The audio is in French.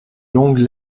longue